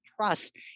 trust